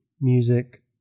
music